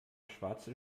schwarze